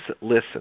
listen